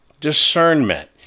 discernment